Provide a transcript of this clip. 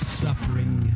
suffering